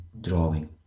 drawing